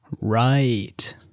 Right